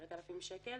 - 10,000 שקל,